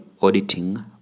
auditing